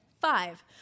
Five